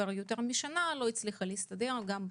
משנה, לא הצליחה להסתדר עם